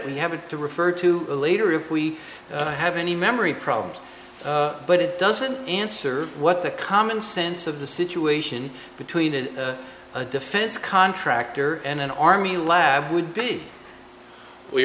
we have to refer to it later if we have any memory problems but it doesn't answer what the common sense of the situation between an a defense contractor and an army lab would be we